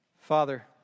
Father